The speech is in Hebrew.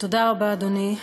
תודה רבה, אדוני,